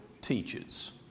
teaches